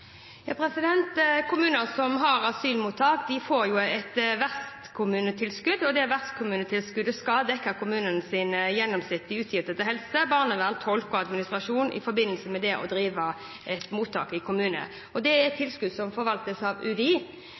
som har asylmottak, får et vertskommunetilskudd, og det tilskuddet skal dekke kommunenes gjennomsnittlige utgifter til helsetjenester, barnevern, tolk og administrasjon i forbindelse med å drive mottak i kommunen. Det er tilskudd som forvaltes av UDI.